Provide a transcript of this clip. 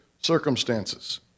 circumstances